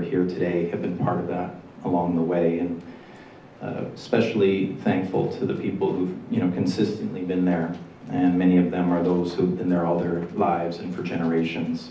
are here today have been part of that along the way in specially thankful to the people who you know consistently been there and many of them are those who have been there all their lives and for generations